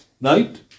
night